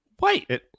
wait